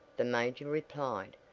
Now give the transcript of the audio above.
the major replied,